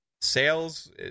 sales